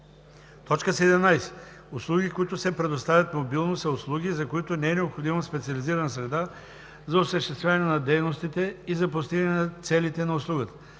трафик. 17. „Услуги, които се предоставят мобилно“ са услуги, за които не е необходима специализирана среда за осъществяване на дейностите и за постигане на целите на услугата.